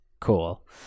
Cool